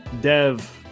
Dev